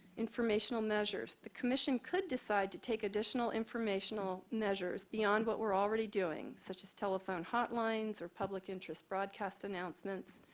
informational measures, the commission could decide to take additional informational measures beyond what we're already doing such as telephone hotlines or public interest broadcast announcements.